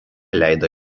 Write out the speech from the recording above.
leido